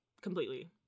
completely